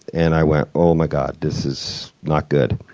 and i went, oh my god. this is not good.